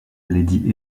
lady